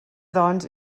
doncs